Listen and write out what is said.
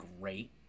great